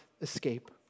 escape